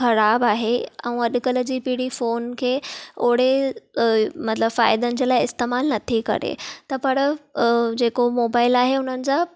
ख़राबु आहे ऐं अॼुकल्ह जी पीढ़ी फोन खे ओहड़े मतलबु फ़ाइदनि जे लाइ इस्तेमालु नथी करे त पर जेको मोबाइल आहे उन्हनि जा